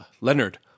Leonard